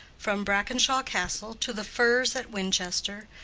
from brackenshaw castle to the firs at wanchester,